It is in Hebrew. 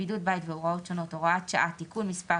(בידוד בית הוראות שונות) (הוראת שעה) (תיקון מס'